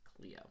Cleo